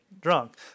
drunk